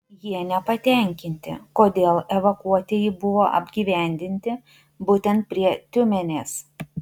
jie nepatenkinti kodėl evakuotieji buvo apgyvendinti būtent prie tiumenės